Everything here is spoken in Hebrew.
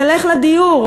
נלך לדיור.